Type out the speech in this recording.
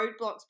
roadblocks